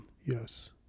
Yes